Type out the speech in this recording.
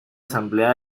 asamblea